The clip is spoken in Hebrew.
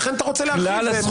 לכן אתה רוצה להרחיב,